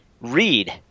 read